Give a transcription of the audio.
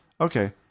Okay